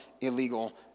illegal